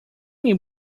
mean